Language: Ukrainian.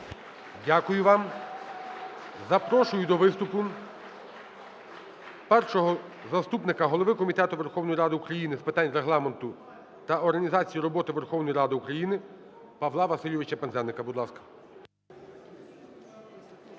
Дякую вам. Запрошую до виступу першого заступника голови Комітету Верховної Ради України з питань Регламенту та організації роботи Верховної Ради України Павла Васильовича Пинзеника,